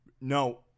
No